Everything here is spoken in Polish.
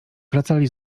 wracali